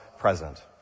present